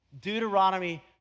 Deuteronomy